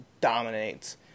dominates